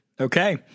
okay